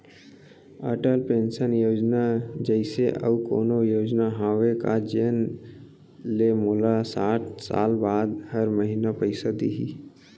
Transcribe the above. Atal pension Yojana जइसे अऊ कोनो योजना हावे का जेन ले मोला साठ साल बाद हर महीना पइसा दिही?